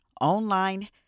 online